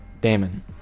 Damon